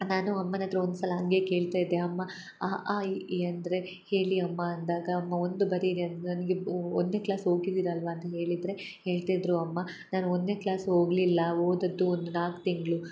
ನಾನು ಅಮ್ಮನ ಹತ್ರ ಒಂದ್ಸಲ ಹಂಗೆ ಕೇಳ್ತಾ ಇದ್ದೆ ಅಮ್ಮ ಅ ಆ ಇ ಈ ಅಂದರೆ ಹೇಳಿ ಅಮ್ಮ ಅಂದಾಗ ಅಮ್ಮ ಒಂದು ಬರಿರಿ ನನಗೆ ಒಂದನೇ ಕ್ಲಾಸ್ ಹೋಗಿದ್ದೀರ ಅಲ್ಲವಾ ಅಂತ ಹೇಳಿದರೆ ಹೇಳ್ತಾ ಇದ್ದರು ಅಮ್ಮ ನಾನು ಒಂದನೇ ಕ್ಲಾಸ್ ಹೋಗ್ಲಿಲ್ಲ ಓದದ್ದು ಒಂದು ನಾಲ್ಕು ತಿಂಗಳು